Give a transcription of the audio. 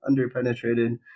underpenetrated